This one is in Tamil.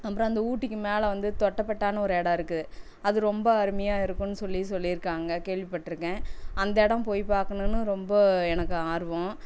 அப்புறம் அந்த ஊட்டிக்கு மேலே வந்து தொட்டபெட்டான்னு ஒரு இடம் இருக்குது அது ரொம்ப அருமையாக இருக்குதுன்னு சொல்லி சொல்லிருக்காங்கள் கேள்விப்பட்டிருக்கேன் அந்த இடம் போய் பார்க்கணுன்னு ரொம்ப எனக்கு ஆர்வம்